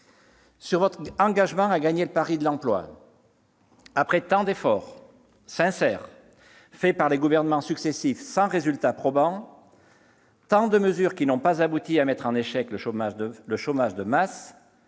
de votre engagement à gagner le pari de l'emploi, après tant d'efforts sincères faits par les gouvernements successifs sans résultat probant, après tant de mesures qui n'ont pas abouti à mettre en échec le chômage de masse,